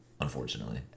unfortunately